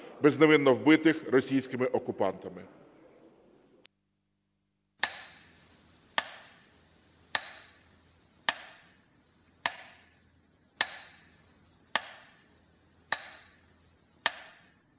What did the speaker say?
безневинно вбитих російськими окупантами.